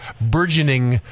burgeoning